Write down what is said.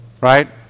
Right